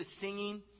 singing